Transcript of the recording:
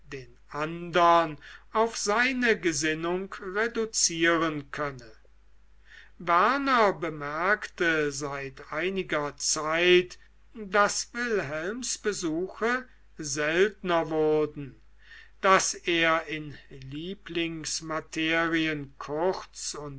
den andern auf seine gesinnung reduzieren könne werner bemerkte seit einiger zeit daß wilhelms besuche seltener wurden daß er in lieblingsmaterien